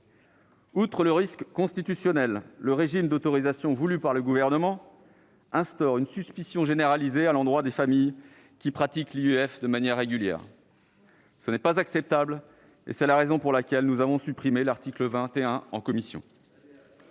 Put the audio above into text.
Outre le risque constitutionnel, le régime d'autorisation voulu par le Gouvernement instaure une suspicion généralisée à l'endroit des familles qui pratiquent l'IEF de manière régulière. Ce n'est pas acceptable, et c'est la raison pour laquelle nous avons supprimé l'article 21 en commission.